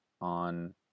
on